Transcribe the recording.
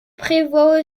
prévoit